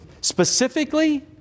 Specifically